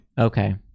Okay